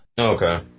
okay